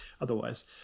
otherwise